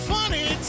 Funny